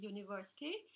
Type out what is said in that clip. University